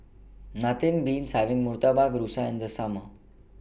Nothing Beats having Murtabak Rusa in The Summer